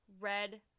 Red